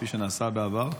כפי שנעשה בעבר,